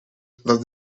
that